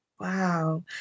Wow